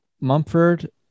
Mumford